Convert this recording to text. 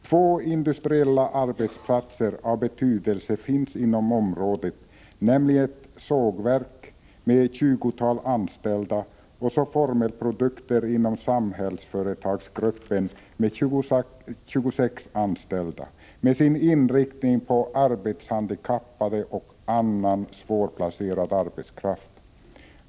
Två industriella arbetsplatser av betydelse finns inom området, nämligen ett sågverk, med ett tjugotal anställda, och så Formelprodukter inom Samhällsföretagsgruppen med 26 anställda och med sin inriktning på arbetshandikappade och annan svårplacerad arbetskraft.